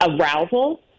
arousal